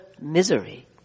misery